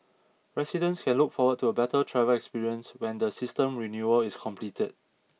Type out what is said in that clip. residents can look forward to a better travel experience when the system renewal is completed